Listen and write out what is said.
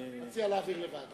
מציע להעביר את שתי ההצעות לוועדה.